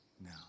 now